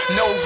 no